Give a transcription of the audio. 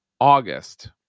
August